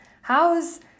How's